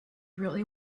really